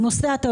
אתה יודע,